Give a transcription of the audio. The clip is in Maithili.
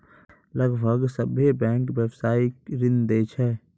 लगभग सभ्भे बैंकें व्यवसायिक ऋण दै छै